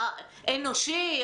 האנושי,